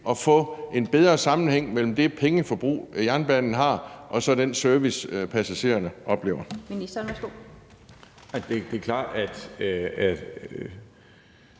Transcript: at få en bedre sammenhæng mellem det pengeforbrug, jernbanen har, og så den service, passagererne oplever? Kl. 11:32 Den fg.